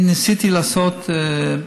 אני ניסיתי לעשות,